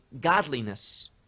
godliness